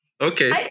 okay